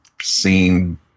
seen